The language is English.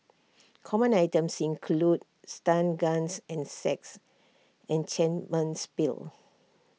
common items included stun guns and sex pills